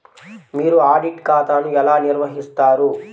మీరు ఆడిట్ ఖాతాను ఎలా నిర్వహిస్తారు?